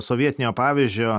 sovietinio pavyzdžio